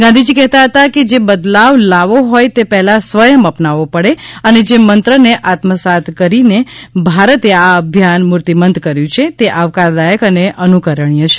ગાંધીજી કહેતા હતા કે જે બદલાવ લાવો હોથ તે પહેલા સ્વયં અપનાવવો પડે અને એ જ મંત્રને આત્મસાત કરીને ભારતે આ અભિયાન મૂર્તિમંત કર્યું છે તે આવકારદાયક અને અનુકરણીય છે